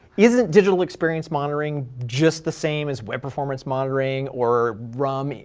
isn't digital experience monitoring just the same as web performance monitoring, or rum,